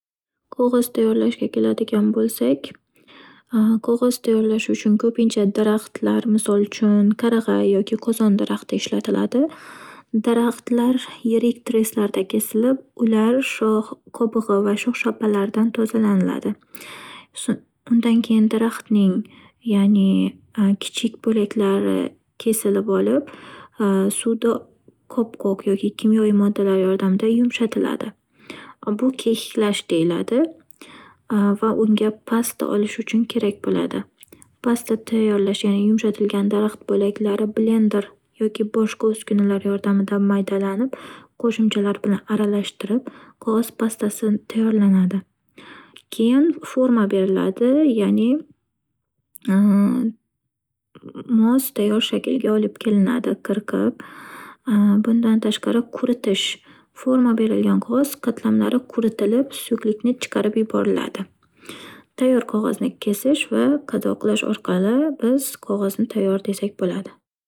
Qog'oz tayyorlashga keladigan bo'lsak, qog'oz tayyorlash uchun ko'pincha daraxtlar, misol uchun: qarag'ay yoki qozon daraxti ishlatiladi. Daraxtlar yirik treslarda kesilib, ular shox qobig'I va shox- shabbalardan tozalaniladi. Sun- undan keyin daraxtning ya'ni kichik bo'laklari kesilib olib, suvda qopqoq yoki kimyoviy moddalar yordamida yumshatiladi. Bu kekiklash deyiladi va unga pasta olish uchun kerak bo'ladi. Pasta tayyorlash ya'ni yumshatilgan daraxt bo'lajlari blendr yoki boshqa uskunalar yordamida maydalanib, qo'shimchalar bilan aralashtirib, qog'oz pastasi tayyorlanadi. Keyin forma beriladi, ya'ni mos tayyor shaklga olib kelinadi qirqib. Bundan tashqari, quritish- forma berilgan qog'oz qatlamlari quritilib, suyuqlikni chiqarib yuboriladi. Tayyor qog'zoni kesish va qadoqlash orqali biz qog'ozni tayyor desak bo'ladi.